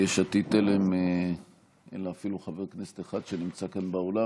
יש עתיד-תל"ם אין אפילו חבר כנסת אחד שנמצא כאן באולם,